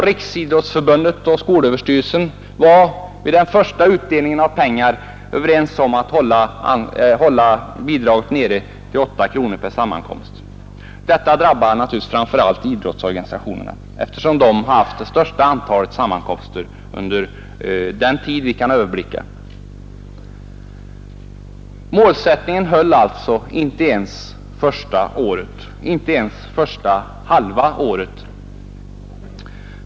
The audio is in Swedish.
Riksidrottsförbundet och skolöverstyrelsen var vid den första utdelningen av pengar överens om att man skulle tvingas hålla bidraget nere i 8 kronor per sammankomst. Detta drabbar naturligtvis framför allt idrottsorganisationerna, eftersom de haft det största antalet sammankomster under den tid vi kan överblicka. Målsättningen höll alltså inte ens första året, inte ens första halvåret.